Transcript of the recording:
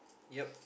yup